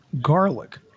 garlic